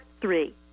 three